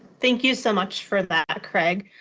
thank you so much for that, craig.